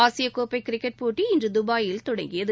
ஆசியக்கோப்பை கிரிக்கெட் போட்டி இன்று துபாயில் தொடங்கியது